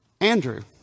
Andrew